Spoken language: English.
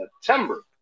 September